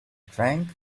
drank